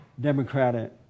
Democratic